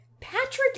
Patrick